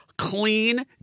Clean